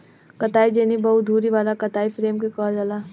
कताई जेनी बहु धुरी वाला कताई फ्रेम के कहल जाला